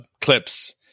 clips